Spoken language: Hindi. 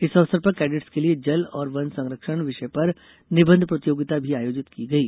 इस अवसर पर कैडेट्स के लिए जल और वन संरक्षण विषय पर निबंध प्रतियोगिता भी आयोजित की गई